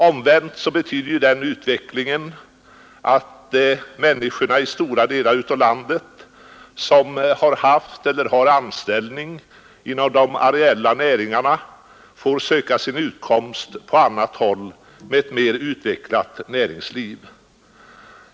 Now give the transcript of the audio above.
Omvänt betyder den utvecklingen att de människor i stora delar av landet som har haft eller har anställning inom de areella näringarna får söka sin utkomst på annat håll med mer utvecklat näringsliv.